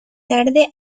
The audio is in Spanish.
tarde